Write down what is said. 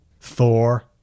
Thor